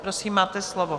Prosím, máte slovo.